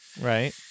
Right